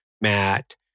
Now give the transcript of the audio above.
Matt